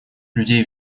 людей